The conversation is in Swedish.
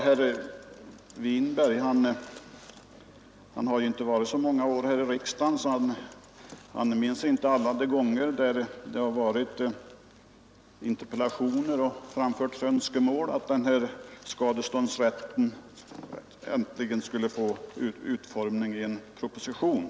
Herr Winberg har ju inte varit så många år här i riksdagen och har alltså inte varit med alla de gånger då det framställts interpellationer och uttalats önskemål om att förslag till ny skadeståndslag äntligen skulle utformas i en proposition.